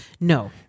no